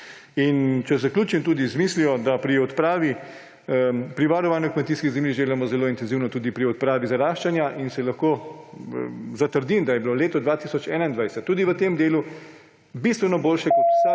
Zaključim z mislijo, da pri varovanju kmetijskih zemljišč delamo zelo intenzivno tudi na odpravi zaraščanja, in lahko zatrdim, da je bilo leto 2021 tudi v tem delu bistveno boljše kot vsa